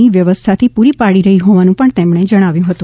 ની વ્યવસ્થાથી પૂરી પાડી રહ્યું હોવાનું પણ એમણે કહ્યું હતું